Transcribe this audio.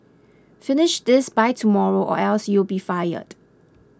finish this by tomorrow or else you'll be fired